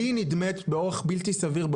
לי נדמית באורך בלתי סביר,